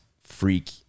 freak